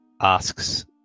asks